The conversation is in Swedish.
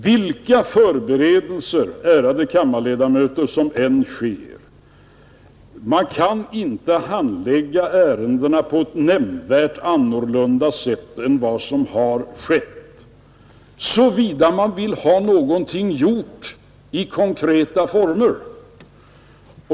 Vilka förberedelser, ärade kammarledamöter, som än sker kan man inte handlägga ärendena på ett nämnvärt annorlunda sätt än vad som har skett såvida man vill ha någonting gjort i konkreta former.